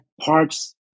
parts